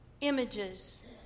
images